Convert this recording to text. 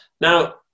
Now